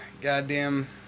goddamn